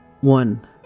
One